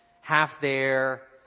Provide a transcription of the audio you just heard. half-there